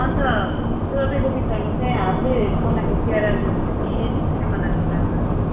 अन्त तपाईँको विचारमा चाहिँ हातले बनाएको चिया राम्रो हुन्छ कि मिसिनले बनाएको राम्रो हुन्छ